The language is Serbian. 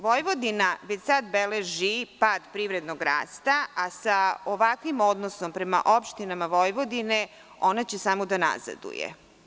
Vojvodina već sad beleži pad privrednog rasta, a sa ovakvim odnosom prema opštinama Vojvodine, ona će samo da nazaduje.